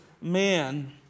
man